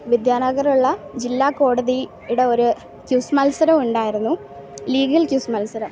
വിദ്യാനഗറുള്ള ജില്ലാ കോടതിയുടെ ഒരു ക്വിസ് മത്സരം ഉണ്ടായിരുന്നു ലീഗൽ ക്വിസ് മത്സരം